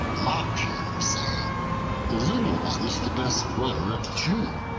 mocked him, saying the little one is the best runner of the two.